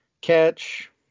catch